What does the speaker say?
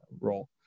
role